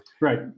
Right